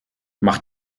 mach